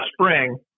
spring